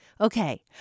Okay